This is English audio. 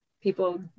people